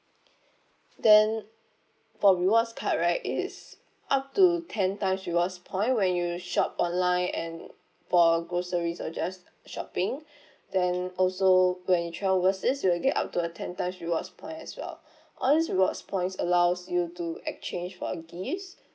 then for rewards card right it's up to ten times rewards point when you shop online and for groceries or just shopping then also when you travel overseas you will get up to a ten times rewards point as well all these rewards points allows you to exchange for gifts